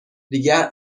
دیگر